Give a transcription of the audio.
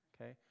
okay